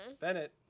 bennett